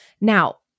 Now